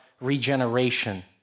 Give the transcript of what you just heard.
regeneration